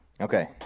Okay